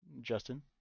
Justin